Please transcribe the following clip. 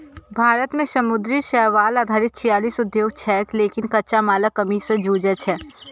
भारत मे समुद्री शैवाल आधारित छियालीस उद्योग छै, लेकिन कच्चा मालक कमी सं जूझै छै